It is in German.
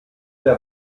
der